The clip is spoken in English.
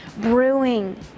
brewing